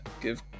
give